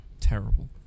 terrible